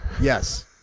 yes